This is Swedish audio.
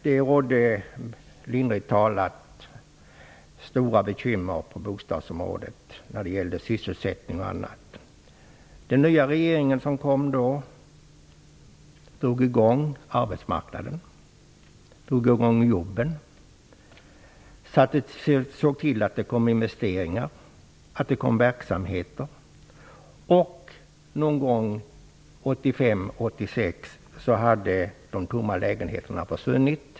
Det fanns, lindrigt sagt, stora bekymmer på bostadsområdet när det gällde sysselsättning och annat. Den nya regeringen som tillträdde då drog i gång arbetsmarknaden och jobben. Den såg till att det investerades och att olika verksamheter kom i gång. Någon gång under 1985--86 hade de tomma lägenheterna försvunnit.